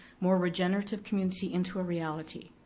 more regenerative community into a reality.